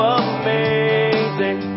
amazing